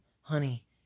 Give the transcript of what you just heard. honey